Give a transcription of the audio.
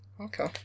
Okay